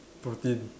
protein